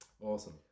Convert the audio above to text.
Awesome